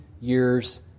years